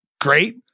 great